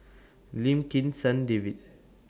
Lim Kim San David